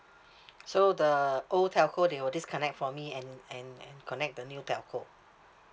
so the old telco they will disconnect for me and and and connect the new telco